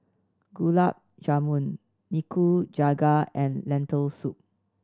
Gulab Jamun Nikujaga and Lentil Soup